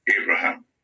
Abraham